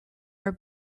are